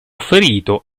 ferito